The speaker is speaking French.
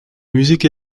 musique